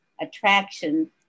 attraction